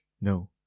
No